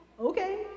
Okay